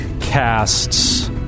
casts